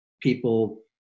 people